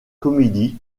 comédies